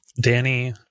danny